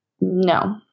No